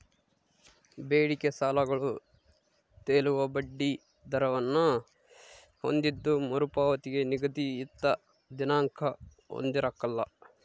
ಬೇಡಿಕೆ ಸಾಲಗಳು ತೇಲುವ ಬಡ್ಡಿ ದರವನ್ನು ಹೊಂದಿದ್ದು ಮರುಪಾವತಿಗೆ ನಿಗದಿತ ದಿನಾಂಕ ಹೊಂದಿರಕಲ್ಲ